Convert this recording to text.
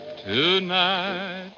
tonight